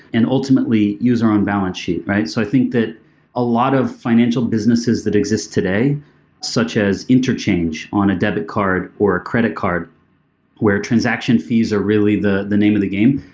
and ultimately use our own balance sheet, right? so i think that a lot of financial businesses that exist today such as interchange on a debit card or a credit card where transaction fees are really the the name of the game.